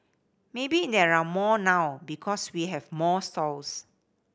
maybe there are more now because we have more stalls